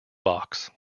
box